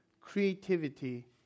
creativity